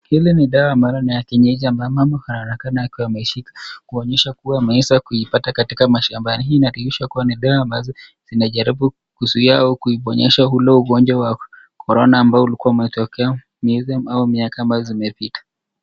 Hili ni dawa ambalo ni la kienyeji. Mama anaonekana akiwa ameshika kuonyesha kwamba ameweza kuipata katika mashamba , hii inadhihirisha kuwa ni dawa ambazo zinajaribu kuizuia au kuiponyesha ule ugonjwa wa corona ambao ulikuwa umetokea miezi ama miaka ambazo zimepita.